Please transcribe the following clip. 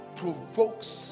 provokes